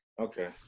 Okay